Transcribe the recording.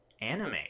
anime